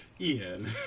Ian